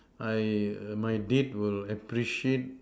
I err my date will appreciate